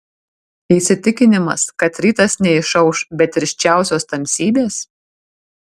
įsitikinimas kad rytas neišauš be tirščiausios tamsybės